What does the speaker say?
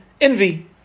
Envy